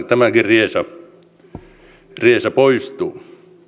tämäkin riesa riesa poistuu